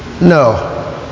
no